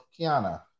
Kiana